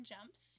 Jumps